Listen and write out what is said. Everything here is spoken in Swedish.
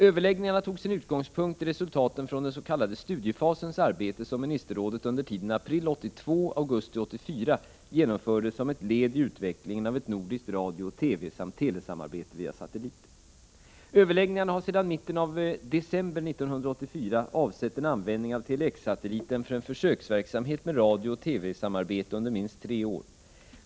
Överläggningarna tog sin utgångspunkt i resultaten från den s.k. studiefasens arbete som ministerrådet under tiden april 1982-augusti 1984 genomförde såsom ett led i utvecklingen av ett nordiskt radiooch TV samt telesamarbete via satellit. Överläggningarna har sedan mitten av december 1984 avsett en användning av Tele-X-satelliten för en försöksverksamhet med radiooch TV samarbete under minst tre år.